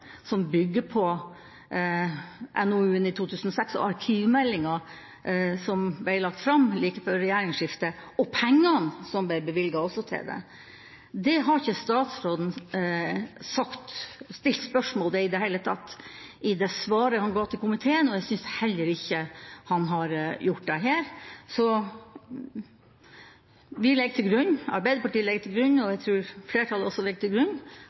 som bygger på NOU-en fra 2006 og arkivmeldinga som ble lagt fram like før regjeringsskiftet, og pengene som ble bevilget til det, har ikke statsråden stilt spørsmål ved i det hele tatt i det svaret han ga til komiteen, og jeg synes heller ikke han har gjort det her. Så vi i Arbeiderpartiet legger til grunn, og jeg tror også at flertallet legger til grunn,